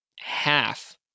half